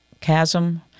chasm